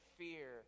fear